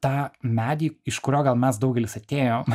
tą medį iš kurio gal mes daugelis atėjom